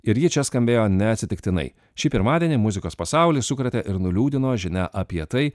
ir ji čia skambėjo neatsitiktinai šį pirmadienį muzikos pasaulį sukrėtė ir nuliūdino žinia apie tai